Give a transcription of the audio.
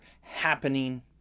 happening